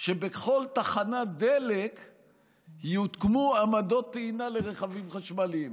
שבכל תחנת דלק יוקמו עמדות טעינה לרכבים חשמליים.